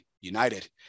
United